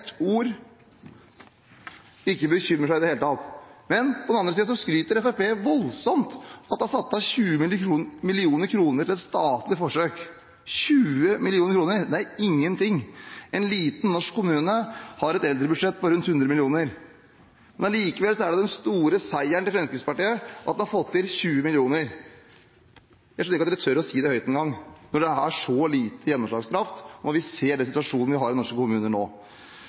ord, ikke bekymrer seg i det hele tatt. Men på den andre siden skryter Fremskrittspartiet voldsomt av at det er satt av 20 mill. kr til et statlig forsøk – 20 mill. kr, det er ingenting. En liten norsk kommune har et eldrebudsjett på rundt 100 mill. kr. Men allikevel er det den store seieren til Fremskrittspartiet at en har fått til 20 mill. kr. Jeg skjønner ikke at dere tør å si det høyt engang – når det har så lite gjennomslagskraft – når vi ser den situasjonen vi har i norske kommuner nå.